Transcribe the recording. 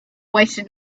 wasted